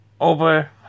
over